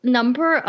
number